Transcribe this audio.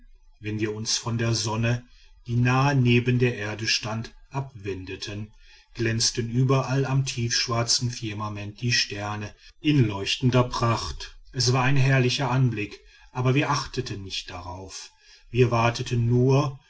wenn wir uns von der sonne die nahe neben der erde stand abwendeten glänzten überall am tiefschwarzen firmament die sterne in leuchtender pracht es war ein herrlicher anblick aber wir achteten nicht darauf wir warteten nur